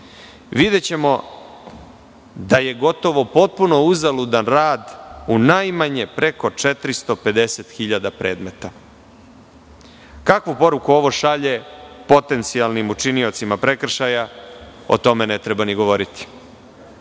videćemo da je gotovo potpuno uzaludan rad u najmanje preko 450.000 predmeta. Kakvu poruku ovo šalje potencijalnim učiniocima prekršaja, o tome ne treba ni govoriti. Pri